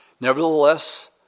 Nevertheless